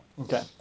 Okay